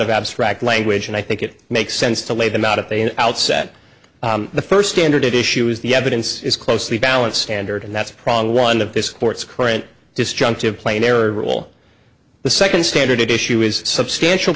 of abstract language and i think it makes sense to lay them out if they outset the first standard issue is the evidence is closely balanced standard and that's probably one of this court's current disjunctive plain error rule the second standard issue is substantial